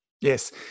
Yes